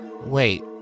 Wait